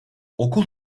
okul